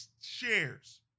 shares